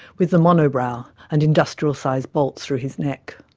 with the monobrow and industrial sized bolts through his neck.